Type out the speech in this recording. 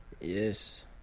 Yes